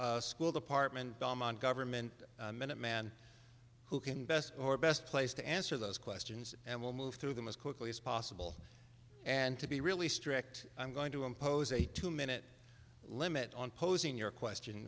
belmont school department belmont government minuteman who can best or best place to answer those questions and we'll move through them as quickly as possible and to be really strict i'm going to impose a two minute limit on posing your question